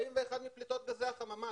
41% מפליטות גזי החממה,